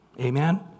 Amen